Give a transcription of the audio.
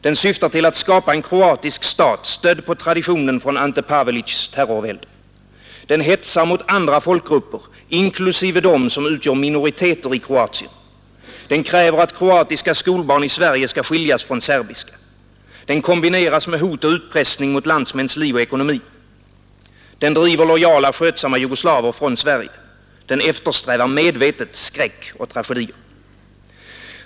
Den syftar till att skapa en kroatisk stat, stödd på traditionen från Ante Paveliés terrorvälde. Den hetsar mot andra folkgrupper, inklusive dem som utgör minoriteter i Kroatien. Den kräver att kroatiska skolbarn i Sverige skall skiljas från serbiska. Den kombineras med hot och utpressning mot landsmäns liv och ekonomi. Den driver lojala, skötsamma jugoslaver från Sverige. Den eftersträvar medvetet skräck och tragedier.